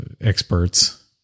experts